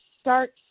start